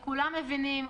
כולם מבינים,